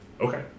Okay